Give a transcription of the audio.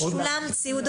הוזמן ושולם.